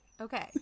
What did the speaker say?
Okay